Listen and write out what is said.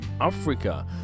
Africa